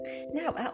Now